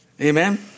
Amen